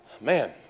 man